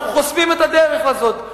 אנחנו חושפים את הדרך הזאת,